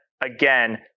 again